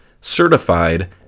certified